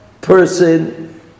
person